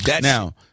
Now